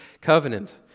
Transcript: covenant